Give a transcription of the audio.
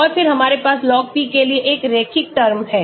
और फिर हमारे पास log p के लिए एक रैखिक टर्म है